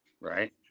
Right